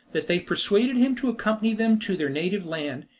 that they persuaded him to accompany them to their native land,